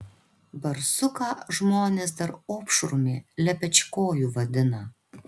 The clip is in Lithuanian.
barsuką žmonės dar opšrumi lepečkoju vadina